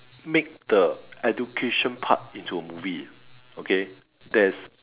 make the education part into a movie okay there's